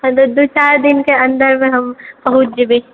चलु दू चारि दिन अन्दरमे हम पहुँच जेबए